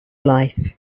life